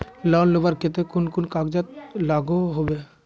Loan लुबार केते कुन कुन कागज लागोहो होबे?